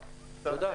--- תודה.